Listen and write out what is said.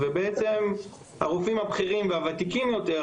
ובעצם הרופאים הבכירים והוותיקים יותר,